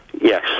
Yes